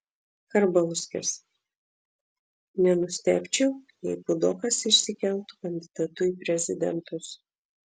karbauskis nenustebčiau jei puidokas išsikeltų kandidatu į prezidentus